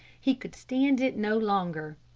he could stand it no longer.